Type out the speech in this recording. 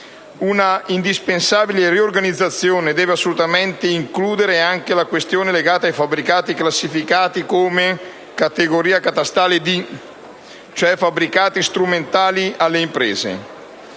Una indispensabile riorganizzazione deve assolutamente includere anche la questione legata ai fabbricati rientranti nella categoria catastale D, cioè i fabbricati strumentali alle imprese.